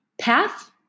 path